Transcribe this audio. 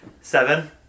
Seven